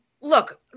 look